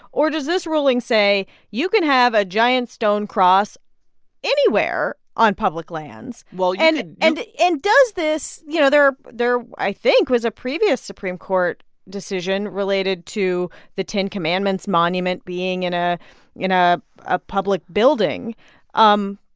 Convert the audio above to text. or does this ruling say you can have a giant stone cross anywhere on public lands? well. and and and does this you know, there, i think, was a previous supreme court decision related to the ten commandments monument being in ah you know a public building um